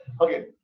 okay